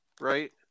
right